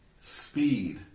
speed